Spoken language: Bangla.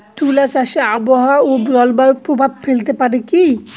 তুলা চাষে আবহাওয়া ও জলবায়ু প্রভাব ফেলতে পারে কি?